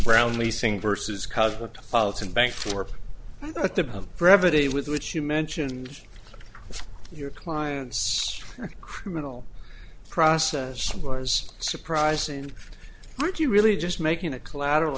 brown leasing versus cosmopolitan bank for the brevity with which you mentioned your client's criminal process was surprising and aren't you really just making a collateral